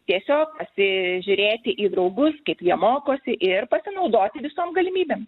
tiesiog pasižiūrėti į draugus kaip jie mokosi ir pasinaudoti visom galimybėm